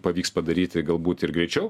pavyks padaryti galbūt ir greičiau